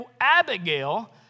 Abigail